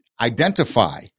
Identify